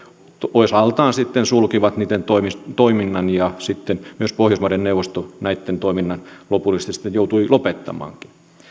osaltaan sitten sulkivat niitten toiminnan ja pohjoismaiden neuvosto myös näitten toiminnan lopullisesti sitten joutui lopettamaankin